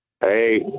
Hey